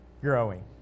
growing